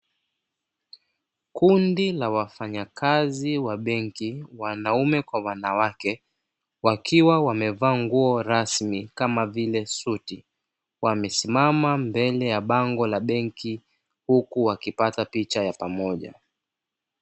Kundi la wafanyakazi wa benki wanaume kwa wanawake wakiwa wamevaa nguo rasmi kama vile suti, wamesimama mbele ya bango la benki huku wakipata picha ya pamoja.